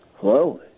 Hello